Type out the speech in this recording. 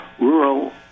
rural